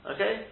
Okay